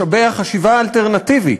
משאבי החשיבה האלטרנטיבית,